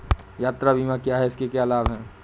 यात्रा बीमा क्या है इसके क्या लाभ हैं?